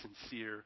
sincere